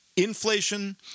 Inflation